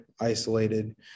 isolated